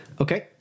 Okay